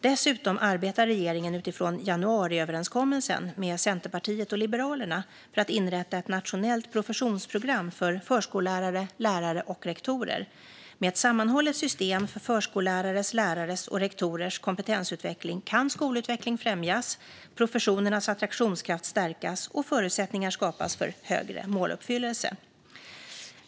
Dessutom arbetar regeringen utifrån januariöverenskommelsen med Centerpartiet och Liberalerna för att inrätta ett nationellt professionsprogram för förskollärare, lärare och rektorer. Med ett sammanhållet system för förskollärares, lärares och rektorers kompetensutveckling kan skolutveckling främjas, professionernas attraktionskraft stärkas och förutsättningar skapas för högre måluppfyllelse.